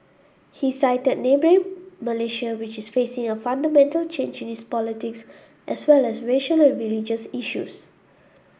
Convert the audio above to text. he cited neighbouring Malaysia which is facing a fundamental change in its politics as well as racial and religious issues